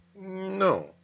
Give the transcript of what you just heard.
No